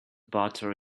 butter